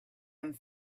and